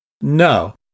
No